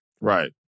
Right